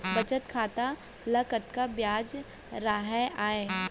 बचत खाता ल कतका ब्याज राहय आय?